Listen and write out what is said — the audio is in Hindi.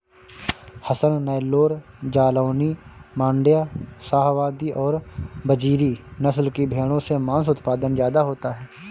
हसन, नैल्लोर, जालौनी, माण्ड्या, शाहवादी और बजीरी नस्ल की भेंड़ों से माँस उत्पादन ज्यादा होता है